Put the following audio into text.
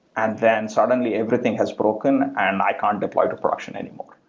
and then suddenly everything has broken and i can't deploy to production anymore.